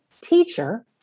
teacher